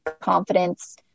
confidence